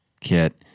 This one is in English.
kit